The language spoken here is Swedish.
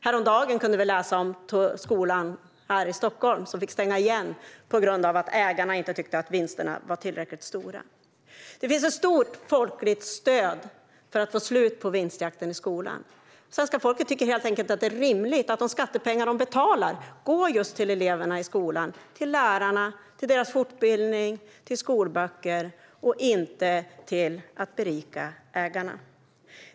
Häromdagen kunde vi läsa om en skola här i Stockholm som fick stänga igen på grund av att ägarna inte tyckte att vinsterna var tillräckligt stora. Det finns ett stort folkligt stöd för att få slut på vinstjakten i skolan. Svenska folket tycker helt enkelt att det är rimligt att de skattepengar de betalar ska gå till just eleverna i skolan, till lärarna, till lärarnas fortbildning, till skolböcker och inte till att berika ägarna.